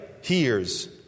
hears